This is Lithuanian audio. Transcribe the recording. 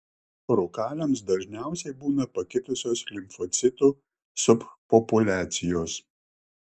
rūkaliams dažniausiai būna pakitusios limfocitų subpopuliacijos